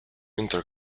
inter